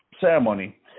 Ceremony